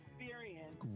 experience